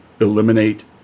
eliminate